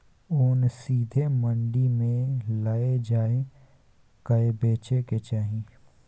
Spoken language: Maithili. ओन सीधे मंडी मे लए जाए कय बेचे के चाही